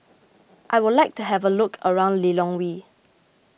I would like to have a look around Lilongwe